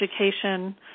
education